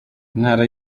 intara